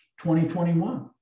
2021